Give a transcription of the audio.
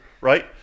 right